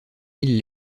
mil